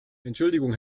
entschuldigung